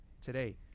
today